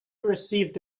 received